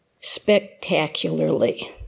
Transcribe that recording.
spectacularly